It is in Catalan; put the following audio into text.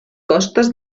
costes